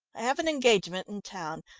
i have an engagement in town,